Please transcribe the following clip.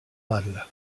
mal